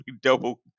double